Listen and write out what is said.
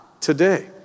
today